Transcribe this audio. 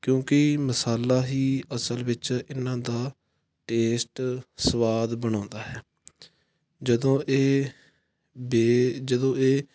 ਕਿਉਂਕਿ ਮਸਾਲਾ ਹੀ ਅਸਲ ਵਿੱਚ ਇਹਨਾਂ ਦਾ ਟੇਸਟ ਸਵਾਦ ਬਣਾਉਂਦਾ ਹੈ ਜਦੋਂ ਇਹ ਬੇ ਜਦੋਂ ਇਹ